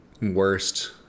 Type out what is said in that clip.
worst